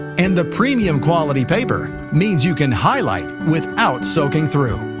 and the premium quality paper means you can highlight without soaking through.